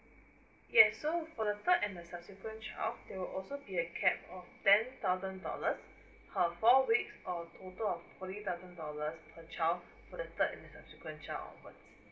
yes so for the third and the subsequence child there will also be a capped of ten thousand dollars per four weeks or a total of forty thousand dollars per child for the third and the subsequence child onwards